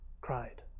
cried